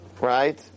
right